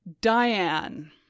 Diane